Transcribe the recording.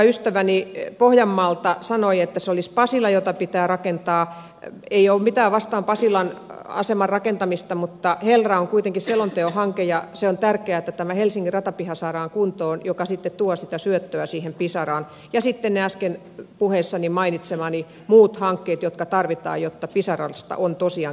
se olisi paljon nopeampi ja tehokkaampi tapa ystäväni yö pohjanmaalta sanoi että solis pasila jota pitää rakentaa bio mittaavasta pasilan aseman rakentamista mutta helra on kuitenkin selonteon hanke ja se on tärkeätä tämä helsingin ratapiha saadaan kuntoon joka sitten tuo sitä syöttöä siihen pisaran ja sitten äsken puheessa mainitsemani muut hankkeet jotka tarvitaan jotta pisarasta on tosiaan